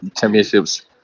championships